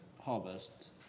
harvest